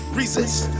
resist